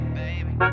baby